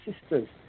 sisters